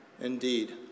Indeed